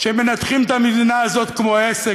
שמנתחים את המדינה הזאת כמו עסק,